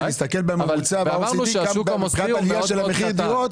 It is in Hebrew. ותסתכל בממוצע ב-OECD מבחינת העלייה של המחיר דירות,